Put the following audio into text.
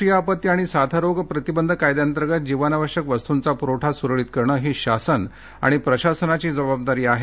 राष्ट्रीय आपत्ती आणि साथरोग प्रतिबंध कायद्यातर्गत जीवनावश्यक वस्तुचा प्रवठा सुरळीत करण ही शासन प्रशासनाची जबाबदारी आहे